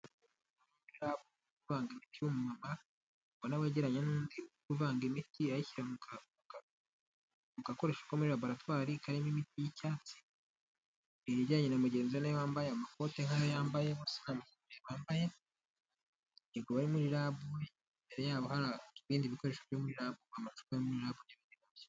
Umuganga w'amatungo, uri mu cyumba kirimo ibyuma by'ikoranabuhanga byifashishwa mu gutunganya imiti ivura indwara zitandukanye. Afite agacupa mu ntoki bigaragara ko harimo imiti akaba ari kongeramo indi miti y'ubwoko butandukanye.